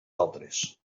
altres